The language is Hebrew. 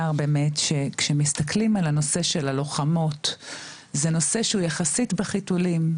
באמת שכשמסתכלים על הנושא של הלוחמות זה נושא שהוא יחסית בחיתולים,